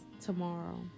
tomorrow